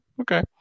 okay